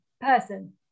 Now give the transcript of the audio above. person